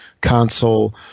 console